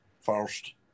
first